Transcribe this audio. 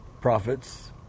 prophets